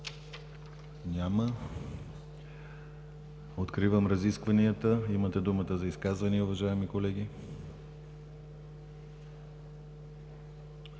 няма. Откривам разискванията. Имате думата за изказвания, уважаеми колеги!